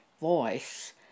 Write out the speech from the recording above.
voice